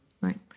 Right